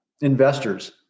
investors